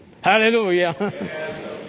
Hallelujah